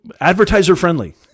advertiser-friendly